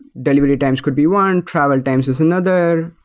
delivery times could be one, travel times is another,